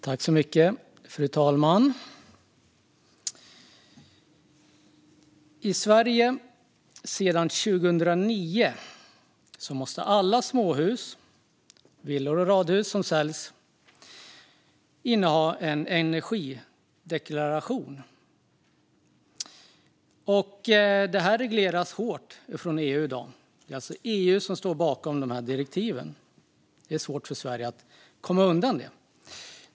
Fru talman! I Sverige måste sedan 2009 alla småhus, villor och radhus som säljs ha en energideklaration. Detta regleras hårt från EU i dag. Det är alltså EU som står bakom dessa direktiv. Det är svårt för Sverige att komma undan detta.